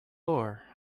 door